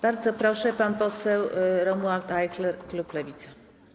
Bardzo proszę, pan poseł Romuald Ajchler, klub Lewica.